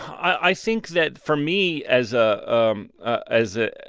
i think that for me, as ah um ah as a